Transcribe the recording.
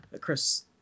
Chris